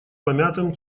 помятым